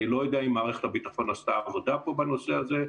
אני לא יודע אם מערכת הביטחון עשתה עבודה בנושא הזה,